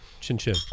Chin-chin